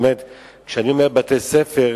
כשאני אומר בתי-ספר,